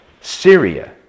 Syria